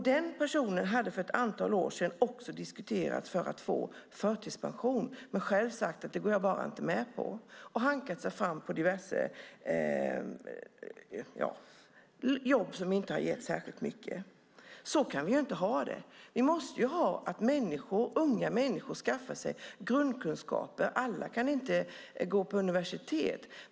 Den personen hade för ett antal år sedan varit uppe till diskussion för att få förtidspension men själv sagt "Det går jag bara inte med på" och hankat sig fram på diverse jobb som inte hade gett särskilt mycket. Så kan vi inte ha det! Vi måste ha det så att unga människor skaffar sig grundkunskaper. Alla kan inte gå på universitet.